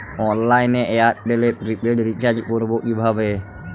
অনলাইনে এয়ারটেলে prepaid recharge করবো কিভাবে?